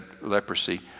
leprosy